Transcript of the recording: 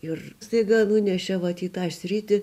ir staiga nunešė vat į tą sritį